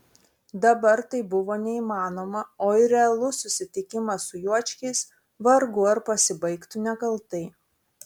dabar tai buvo neįmanoma o ir realus susitikimas su juočkiais vargu ar pasibaigtų nekaltai